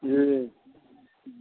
जी